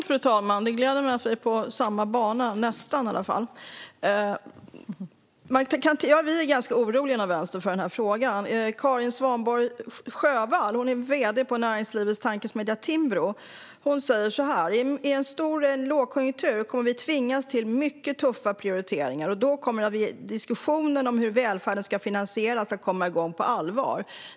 Fru talman! Det gläder mig att vi nästan är på samma bana. Vi i Vänstern är ganska oroliga för denna fråga. Karin Svanborg-Sjövall är vd för näringslivets tankesmedja Timbro. Hon har sagt så här: I en stor lågkonjunktur kommer vi att tvingas till mycket tuffa prioriteringar, och då kommer diskussionen om hur välfärden ska finansieras att komma igång på allvar.